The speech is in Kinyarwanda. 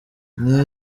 niyo